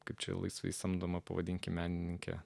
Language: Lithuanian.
kaip laisvai samdoma pavadinkime menininkė